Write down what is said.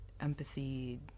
empathy